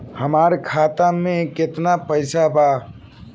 हमार खाता में केतना पैसा बा?